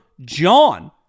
JOHN